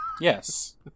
Yes